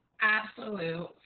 absolute